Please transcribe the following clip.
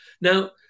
Now